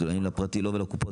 לקופות כן ולפרטי לא.